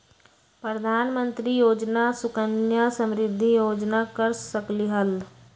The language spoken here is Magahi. प्रधानमंत्री योजना सुकन्या समृद्धि योजना कर सकलीहल?